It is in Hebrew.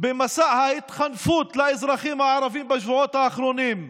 במסע ההתחנפות לאזרחים הערבים בשבועות האחרונים,